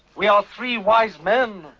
we are three wise men.